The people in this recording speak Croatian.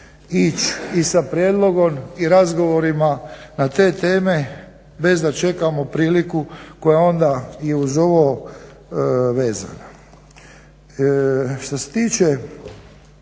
ići i sa prijedlogom i sa razgovorima na te teme bez da čekamo priliku koja onda i uz ovo vezana. Što se tiče